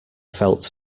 felt